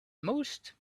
most